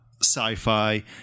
Sci-fi